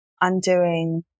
undoing